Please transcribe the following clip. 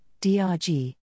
DRG